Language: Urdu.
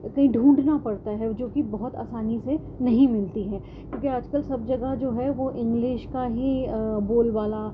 کہیں ڈھونڈنا پڑتا ہے جوکہ بہت آسانی سے نہیں ملتی ہے کیوںکہ آج کل سب جگہ جو ہے وہ انگلش کا ہی بول بالا